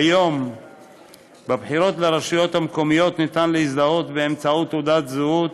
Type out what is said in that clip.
כיום בבחירות לרשויות המקומיות ניתן להזדהות באמצעות תעודת זהות,